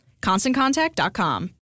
ConstantContact.com